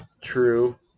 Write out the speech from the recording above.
True